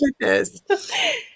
goodness